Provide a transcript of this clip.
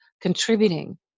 contributing